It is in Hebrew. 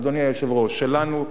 אדוני היושב-ראש שלנו,